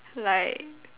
like